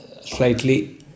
slightly